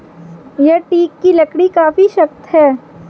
यह टीक की लकड़ी काफी सख्त है